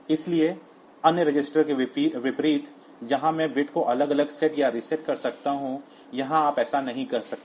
इसलिए अन्य रजिस्टरों के विपरीत जहां मैं बिट्स को अलग अलग सेट या रीसेट कर सकता हूं यहां आप ऐसा नहीं कर सकते